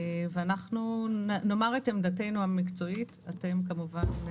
אנחנו נאמר את עמדתנו המקצועית, אתם כמובן,